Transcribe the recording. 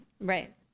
right